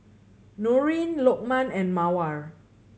Nurin Lokman and Mawar